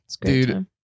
dude